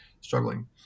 struggling